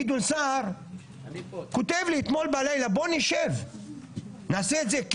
גדעון סער כותב לי אתמול בלילה: בוא נישב; נעשה את זה.